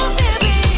baby